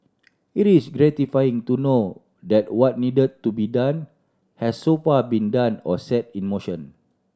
it is gratifying to know that what need to be done has so far been done or set in motion